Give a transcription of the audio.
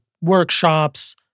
workshops